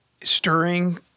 stirring